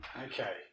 Okay